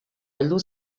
heldu